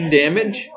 damage